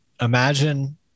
imagine